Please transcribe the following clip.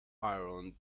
iron